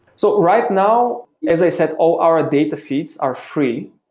so right now, as i said all our data feeds are free.